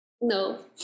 no